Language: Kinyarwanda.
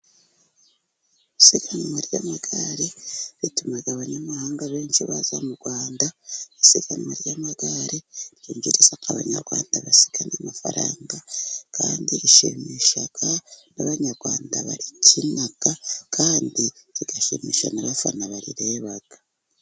Isiganwa ry'amagare rituma abanyamahanga benshi baza mu rwanda, isiganwa ry'amagare ryinjiriza nk' abanyarwanda basigarana amafaranga kandi rishimisha n'abanyarwanda barikina, kandi rigashimisha n'abafana barireba.